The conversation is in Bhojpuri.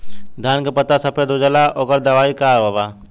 धान के पत्ता सफेद हो जाला ओकर दवाई का बा?